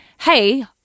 hey